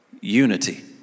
Unity